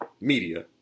media